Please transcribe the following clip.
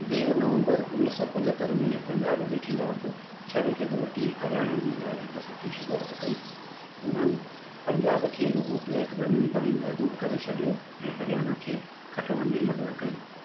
देव नवंबर उणिवीह सौ पंजहतरि में पंजाब जे ख़िलाफ छह विकट वठी हरियाणा जे लाइ हिकु सुठी शुरूआति कई उन्हनि पंजाब खे रुगो टेहठि रननि ताईं महदूदु करे छडि॒यो ऐं हरियाणा खे खटण में मदद कई